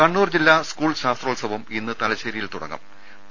കണ്ണൂർ ജില്ലാ സ്കൂൾ ശാസ്ത്രോത്സവം ഇന്ന് തലശ്ശേരിയിൽ ആരംഭിക്കും